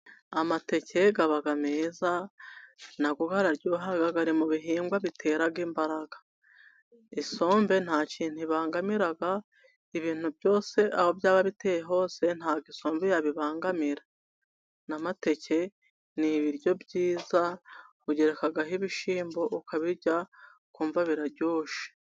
Amateka aba meza na yo araryoha. Aba mu bihingwa bitera imbaraga. Isombe nta kintu ibangamira, ibintu byose aho byaba biteye hose ntabwo isombe yabibangamira. N'amateke ni ibiryo byiza ugerekaho ibishyimbo ukabirya, ukumva biraryoshye.